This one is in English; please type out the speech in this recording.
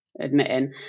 admitting